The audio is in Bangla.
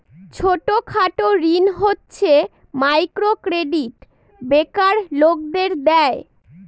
ছোট খাটো ঋণ হচ্ছে মাইক্রো ক্রেডিট বেকার লোকদের দেয়